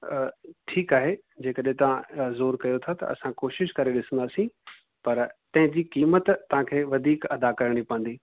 ठीकु आहे जे कॾहिं तव्हां ज़ोर कयो था त असां कोशिशि करे ॾिसंदासीं पर तंहिं जी क़ीमत तव्हांखे वधीक अदा करिणी पवंदी